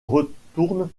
retourne